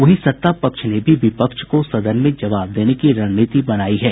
वहीं सत्तापक्ष ने भी विपक्ष को सदन में जवाब देने की रणनीति बनायी है